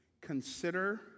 consider